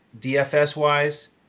DFS-wise